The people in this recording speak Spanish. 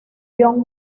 john